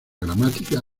gramática